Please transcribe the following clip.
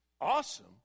awesome